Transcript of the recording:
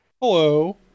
Hello